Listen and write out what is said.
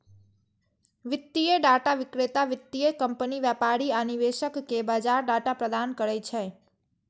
वित्तीय डाटा विक्रेता वित्तीय कंपनी, व्यापारी आ निवेशक कें बाजार डाटा प्रदान करै छै